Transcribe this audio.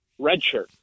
redshirt